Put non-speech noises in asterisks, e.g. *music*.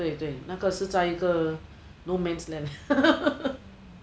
对对那个是在一个 no man's land *laughs*